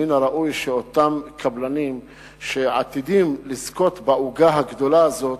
שמן הראוי שאותם קבלנים שעתידים לזכות בעוגה הגדולה הזאת,